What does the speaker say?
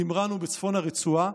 תמרנו בצפון הרצועה.